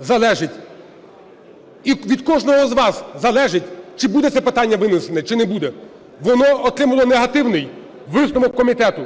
залежить, і від кожного з вас залежить, чи буде це питання винесене, чи не буде. Воно отримало негативний висновок комітету.